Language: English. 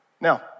Now